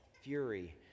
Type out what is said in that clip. fury